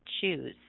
choose